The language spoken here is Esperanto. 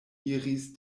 iris